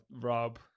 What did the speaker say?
Rob